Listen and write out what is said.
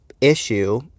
issue